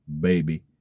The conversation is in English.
baby